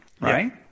right